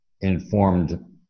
informed